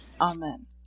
Amen